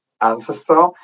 Ancestor